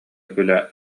күлэ